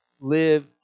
live